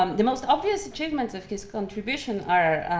um the most obvious achievements of his contribution are,